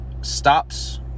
stops